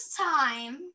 time